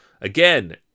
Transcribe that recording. Again